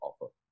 offer